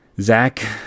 Zach